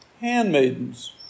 handmaidens